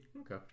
Okay